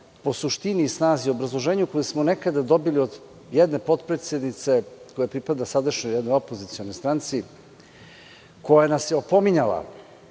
po suštini i snazi obrazloženju koje smo nekada dobili od jedne potpredsednice koja pripada jednoj sadašnjoj opozicionoj stranci, koja nas je opominjala